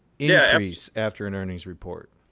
yeah um after an earnings report.